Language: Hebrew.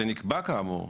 "שנקבע כאמור".